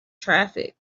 traffic